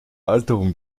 alterung